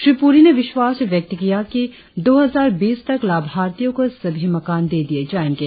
श्री पुरी ने विश्वास व्यक्त किया कि दो हजार बीस तक लाभार्थियों को सभी मकान दे दिए जाएंगे